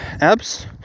abs